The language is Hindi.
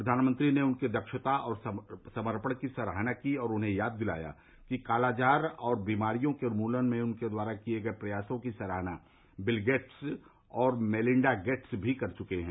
प्रधानमंत्री ने उनकी दक्षता और समर्पण की सराहना की और उन्हें याद दिलाया कि कालाजार जैसी बीमारियों के उन्मूलन में उनके द्वारा किये गये प्रयासों की सराहना बिल गेट्स और मेलिंडा गेट्स भी कर चुके है